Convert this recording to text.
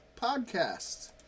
podcasts